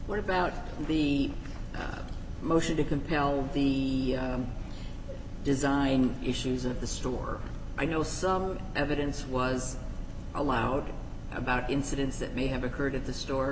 worry about the motion to compel the design issues of the store i know some evidence was allowed about incidents that may have occurred at the store